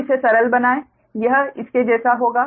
तो इसे सरल बनाएं यह इसके जैसा होगा